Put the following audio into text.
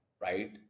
right